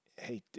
Hey